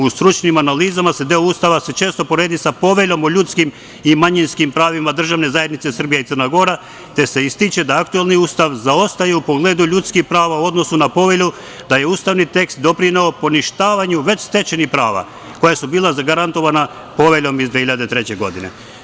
U stručnim analizama se deo Ustava često upoređuje sa Poveljom o ljudskim i manjinskim pravima državne zajednice Srbija i Crna Gora, te se ističe da aktuelni Ustav zaostaje u pogledu ljudskih prava u odnosu na Povelju, da je ustavni tekst doprineo poništavanju već stečenih prava koja su bila zagarantovana Poveljom iz 2003. godine.